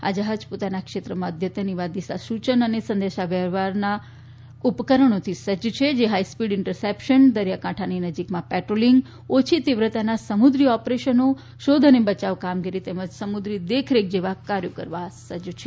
આ જ્યાજ પોતાના ક્ષેત્રમાં અદ્યતન એવા દિશાસૂચન અને સંદેશાવ્યવહારના ઉપકરણોથી સજ્જ છે જે હાઇસ્પીડ ઇન્ટરસેપ્શન દરિયાકાંઠાની નજીકમાં પેટ્રોલિંગ ઓછી તીવ્રતાના સમુદ્રી ઓપરેશનો શોધ અને બયાવ કામગીરી તેમજ સમુદ્રી દેખરેખ જેવા કાર્યો કરવા સજજ છે